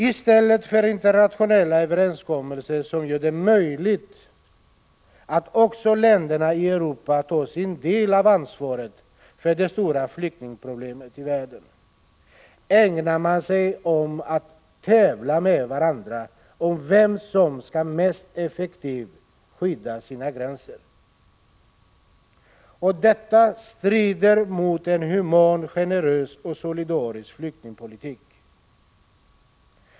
I stället för att söka nå internationella överenskommelser, som gör det möjligt att också länderna i Europa tar sin del av ansvaret för det stora flyktingproblemet i världen, ägnar man sig åt att tävla med varandra om vem som mest effektivt skyddar sina gränser. Detta strider mot en human, generös och solidarisk flyktingpolitik.